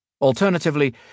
Alternatively